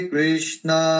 Krishna